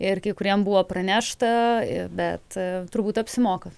ir kai kuriem buvo pranešta bet turbūt apsimoka